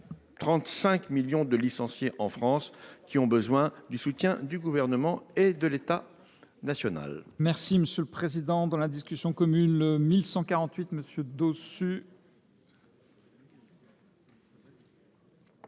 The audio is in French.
35 millions de licenciés en France, qui ont besoin du soutien du Gouvernement et de l’État !